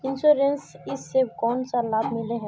Insurance इस से कोन सा लाभ मिले है?